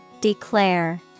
declare